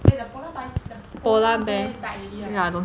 eh polar by the polar bear died already right